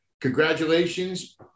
Congratulations